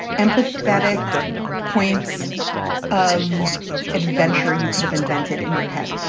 empathetic points of adventure you could have invented in your head.